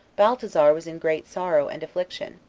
baltasar was in great sorrow and affliction,